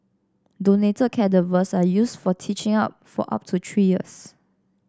donated cadavers are used for teaching up for up to three years